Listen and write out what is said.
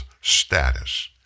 status